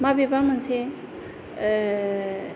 माबेबा मोनसे